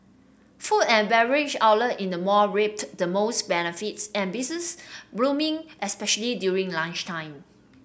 food and beverage outlet in the mall reaped the most benefits and business booming especially during lunchtime